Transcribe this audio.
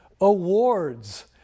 AWARDS